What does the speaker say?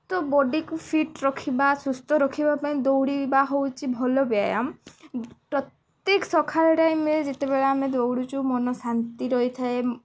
ତ ବଡ଼ିକୁ ଫିଟ୍ ରଖିବା ସୁସ୍ଥ ରଖିବା ପାଇଁ ଦୌଡ଼ିବା ହେଉଛି ଭଲ ବ୍ୟାୟାମ ପ୍ରତ୍ୟେକ ସକାଳ ଟାଇମ୍ରେ ଯେତେବେଳେ ଆମେ ଦୌଡ଼ୁଛୁ ମନ ଶାନ୍ତି ରହିଥାଏ